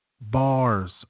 bars